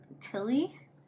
tilly